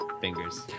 fingers